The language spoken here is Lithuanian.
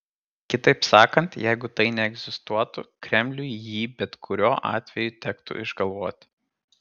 kitaip sakant jeigu tai neegzistuotų kremliui jį bet kurio atveju tektų išgalvoti